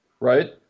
right